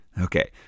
Okay